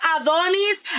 Adonis